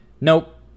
nope